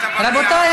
רבותיי,